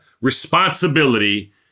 responsibility